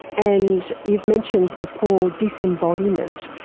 and you've mentioned before dis-embodiment.